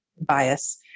bias